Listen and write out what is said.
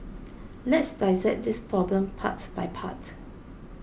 let's dissect this problem part by part